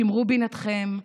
שמרו בינתכם,